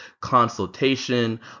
consultation